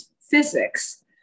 physics